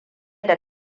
da